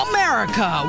America